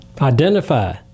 Identify